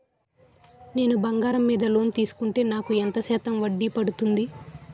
నేను బంగారం మీద లోన్ తీసుకుంటే నాకు ఎంత శాతం వడ్డీ పడుతుంది?